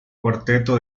cuarteto